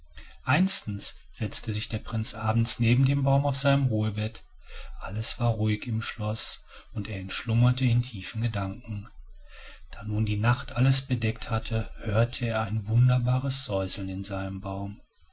einstens setzte sich der prinz abends neben dem baume auf sein ruhebett alles war ruhig im schloß und er entschlummerte in tiefen gedanken da nun die nacht alles bedeckt hatte hörte er ein wunderbares säuseln in seinem baum